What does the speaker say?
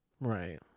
Right